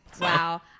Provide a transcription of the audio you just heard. Wow